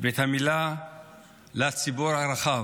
ואת המילה לציבור הרחב,